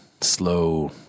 Slow